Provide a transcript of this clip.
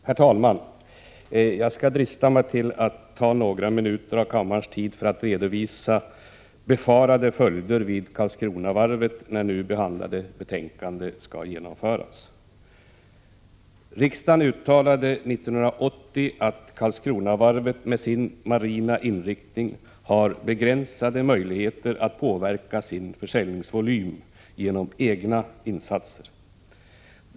Herr talman! Jag skall drista mig till att ta några minuter av kammarens tid i anspråk för att redovisa befarade följder vid Karlskronavarvet när besluten genom nu behandlade betänkande skall genomföras. Riksdagen uttalade 1980 att Karlskronavarvet med sin marina inriktning har begränsade möjligheter att påverka sin försäljningsvolym genom egna insatser.